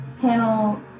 panel